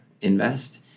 Invest